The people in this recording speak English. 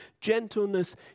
gentleness